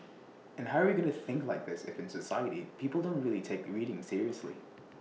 and how are we going to think like this if in society people don't really take reading seriously